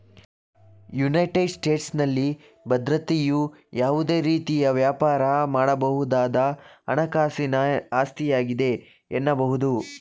United ಸ್ಟೇಟಸ್ನಲ್ಲಿ ಭದ್ರತೆಯು ಯಾವುದೇ ರೀತಿಯ ವ್ಯಾಪಾರ ಮಾಡಬಹುದಾದ ಹಣಕಾಸಿನ ಆಸ್ತಿಯಾಗಿದೆ ಎನ್ನಬಹುದು